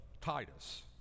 Titus